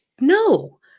No